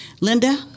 Linda